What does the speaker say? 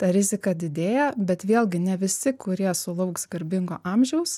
ta rizika didėja bet vėlgi ne visi kurie sulauks garbingo amžiaus